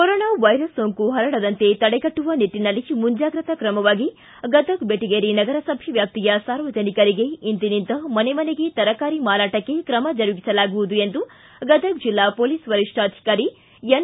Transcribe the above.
corona virus ಸೋಂಕು ಪರಡದಂತೆ ತಡೆಗಟ್ಟುವ ನಿಟ್ಟಿನಲ್ಲಿ ಮುಂಜಾಗ್ರತಾ ಕ್ರಮವಾಗಿ ಗದಗ ಬೆಟಗೇರಿ ನಗರಸಭೆ ವ್ವಾಪ್ತಿಯ ಸಾರ್ವಜನಿಕರಿಗೆ ಇಂದಿನಿಂದ ಮನೆಗೆ ತರಕಾರಿ ಮಾರಾಟಕ್ಕೆ ಕ್ರಮ ಜರುಗಿಸಲಾಗುವುದು ಎಂದು ಗದಗ ಜಿಲ್ಲಾ ಪೊಲೀಸ್ ವರಿಷ್ಠಾಧಿಕಾರಿ ಎನ್